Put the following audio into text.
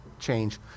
change